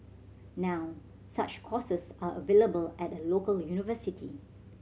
now such courses are available at a local university